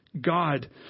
God